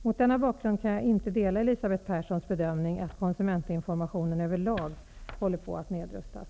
Mot denna bakgrund kan jag inte dela Elisabeth Perssons bedömning att konsumentinformationen över lag håller på att nedrustas.